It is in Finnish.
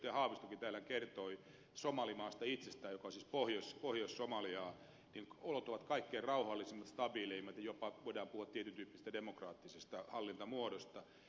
haavistokin täällä kertoi somalimaasta itsestään joka on siis pohjois somaliaa että olot ovat kaikkein rauhallisimmat stabiileimmat jopa voidaan puhua tietyn tyyppisestä demokraattisesta hallintamuodosta